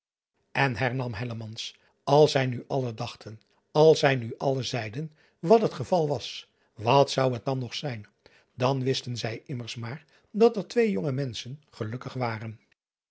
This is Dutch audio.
n hernam als zij nu allen dachten als zij nu allen zeiden wat het geval was wat zou het dan nog zijn dan wisten zij immers maar dat er twee jonge menschen gelukkig waren